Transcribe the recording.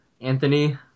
Anthony